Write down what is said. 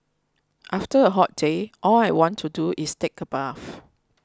after a hot day all I want to do is take a bath